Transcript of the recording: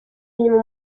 nyuma